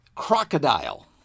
crocodile